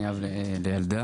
אני אבא לילדה,